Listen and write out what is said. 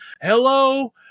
hello